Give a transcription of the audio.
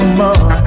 more